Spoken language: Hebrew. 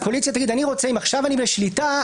קואליציה תגיד: אם עכשיו אני בשליטה,